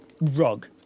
rug